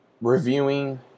reviewing